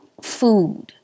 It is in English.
food